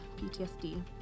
PTSD